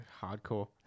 Hardcore